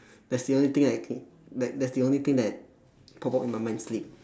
that's the only thing I can like that's the only thing that pop up in my mind sleep